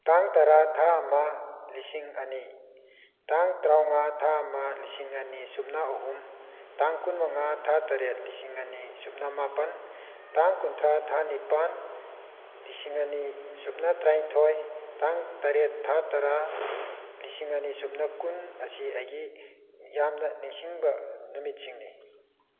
ꯇꯥꯡ ꯇꯔꯥ ꯊꯥ ꯑꯃ ꯂꯤꯁꯤꯡ ꯑꯅꯤ ꯇꯥꯡ ꯇꯔꯥꯃꯉꯥ ꯊꯥ ꯑꯃ ꯂꯤꯁꯤꯡ ꯑꯅꯤ ꯁꯨꯞꯅ ꯑꯍꯨꯝ ꯇꯥꯡ ꯀꯨꯟꯃꯉꯥ ꯊꯥ ꯇꯔꯦꯠ ꯂꯤꯁꯤꯡ ꯑꯅꯤ ꯁꯨꯞꯅ ꯃꯥꯄꯟ ꯇꯥꯡ ꯀꯨꯟꯊ꯭ꯔꯥ ꯊꯥ ꯅꯤꯄꯥꯟ ꯂꯤꯁꯤꯡ ꯑꯅꯤ ꯁꯨꯞꯅ ꯇꯔꯥꯅꯤꯊꯣꯏ ꯇꯥꯡ ꯇꯔꯦꯠ ꯊꯥ ꯇꯔꯥ ꯂꯤꯁꯤꯡ ꯑꯅꯤ ꯁꯨꯞꯅ ꯀꯨꯟ ꯑꯁꯤ ꯑꯩꯒꯤ ꯌꯥꯝꯅ ꯅꯤꯡꯁꯤꯡꯕ ꯅꯨꯃꯤꯠꯁꯤꯡꯅꯤ